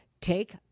Take